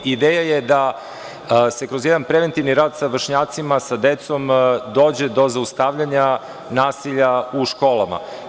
Ideja je da se kroz jedan preventivni rad sa vršnjacima, sa decom dođe do zaustavljanja nasilja u školama.